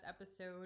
episode